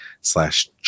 slash